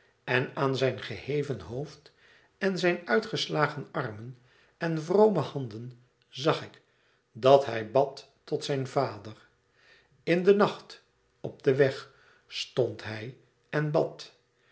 en aan zijn geheven hoofd en zijn uit geslagen armen en vrome handen zag ik dat hij bad tot zijn vader in de nacht op den weg stond hij en bad